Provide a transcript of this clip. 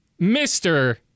Mr